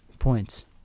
points